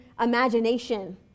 imagination